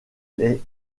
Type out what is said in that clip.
les